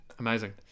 amazing